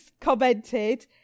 commented